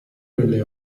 delle